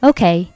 Okay